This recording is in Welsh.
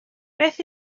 beth